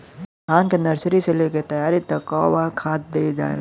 धान के नर्सरी से लेके तैयारी तक कौ बार खाद दहल जाला?